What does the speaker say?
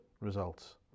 results